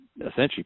essentially